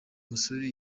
musore